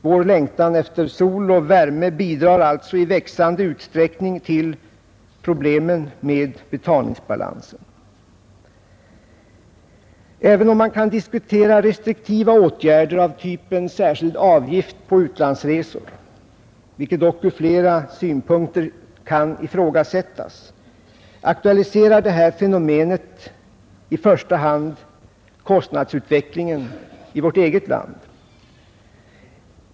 Vår längtan efter sol och värme bidrar alltså i växande utsträckning till problemen med betalningsbalansen. Även om man kan diskutera restriktiva åtgärder av typen särskild avgift på utlandsresor — vilket dock ur flera synpunkter kan ifrågasättas — aktualiserar detta fenomen i första hand kostnadsutvecklingen i vårt eget land.